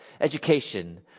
education